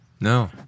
No